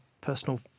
personal